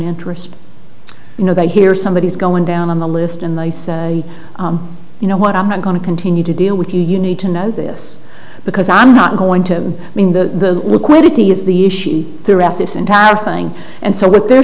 interest you know that here somebody is going down the list and they say you know what i'm not going to continue to deal with you you need to know this because i'm not going to mean the requited he is the issue throughout this entire thing and so what they're